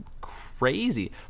crazy